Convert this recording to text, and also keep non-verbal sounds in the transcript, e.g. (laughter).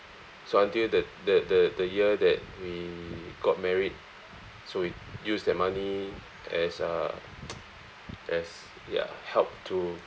so until the the the the year that we got married so we use that money as uh (noise) as ya help to